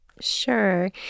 Sure